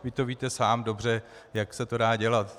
Vy to víte sám dobře, jak se to dá dělat.